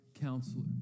counselor